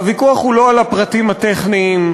הוויכוח הוא לא על הפרטים הטכניים,